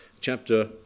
chapter